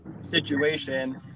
situation